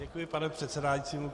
Děkuji, pane předsedající.